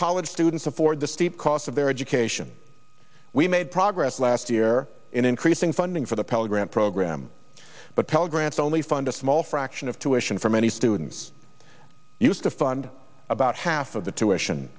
college students afford the steep cost of their education we made progress last year in increasing funding for the pell grant program but pell grants only fund a small fraction of tuitions for many students used to fund about half of the tuition